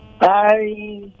Bye